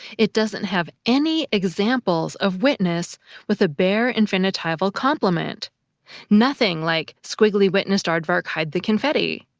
it doesn't have any examples of witness with a bare infinitival complement nothing like squiggly witnessed aardvark hide the confetti.